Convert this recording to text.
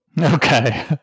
Okay